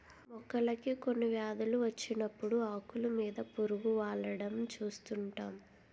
మొక్కలకి కొన్ని వ్యాధులు వచ్చినప్పుడు ఆకులు మీద పురుగు వాలడం చూస్తుంటాం